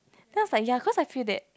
then I was like ya cause I feel that